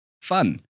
Fun